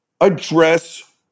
address